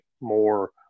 more